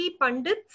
pundits